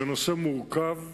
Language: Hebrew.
זה נושא מורכב,